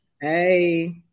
Hey